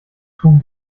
tun